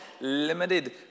limited